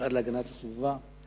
המשרד להגנת הסביבה?